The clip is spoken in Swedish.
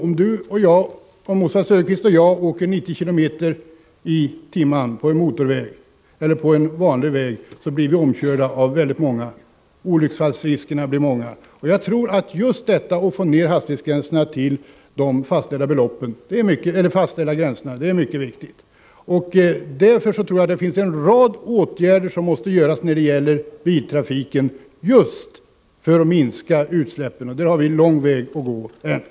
Om Oswald Söderqvist och jag åker 90 km/tim på en motorväg eller på en vanlig väg blir vi omkörda av väldigt många bilar. Olycksfallsriskerna är väldigt stora. Och jag tror att det viktiga är att få ned hastigheterna till de fastställda gränserna. Därför tror jag att det finns en rad åtgärder som måste vidtas när det gäller biltrafiken just för att minska utsläppen. På det området har vi en lång väg att gå ännu.